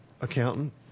accountant